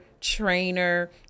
trainer